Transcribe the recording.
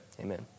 Amen